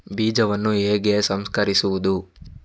ಬೀಜವನ್ನು ಹೇಗೆ ಸಂಸ್ಕರಿಸುವುದು?